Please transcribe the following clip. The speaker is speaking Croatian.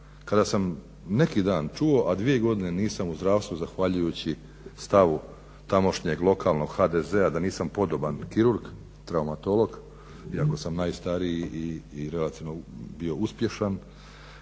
kada sam neki dan čuo, a dvije godine nisam u zdravstvu zahvaljujući stavu tamošnjeg lokalnog HDZ-a da nisam podoban kirurg, traumatolog iako sam najstariji i relativno bio uspješan.